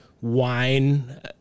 wine